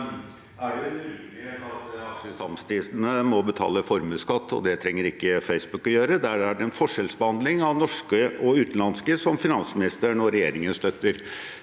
at Akershus Amtstidende må betale formuesskatt, og det trenger ikke Facebook å gjøre. Der er det en forskjellsbehandling av de norske og de utenlandske som finansministeren og regjeringen støtter.